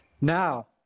Now